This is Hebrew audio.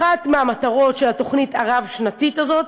אחת מהמטרות של התוכנית הרב-שנתית הזאת,